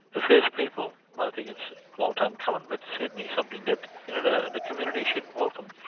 the first people, i think it's a long time coming but certainly something that you know the and community should welcome.